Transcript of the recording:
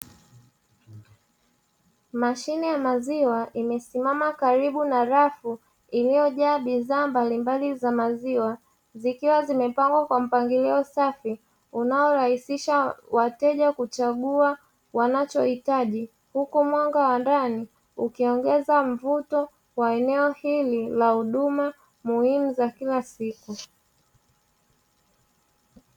Mashine ya maziwa imesimama karibu na rafu iliyojaa bidhaa mbalimbali za maziwa, zikiwa zimepangwa kwa mpangilio safi unayorahisisha wateja kuchagua wanachohitaji, huko mwanga wa ndani ukiongeza mvuto wa eneo hili la huduma muhimu za kila siku.